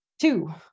Two